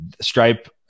Stripe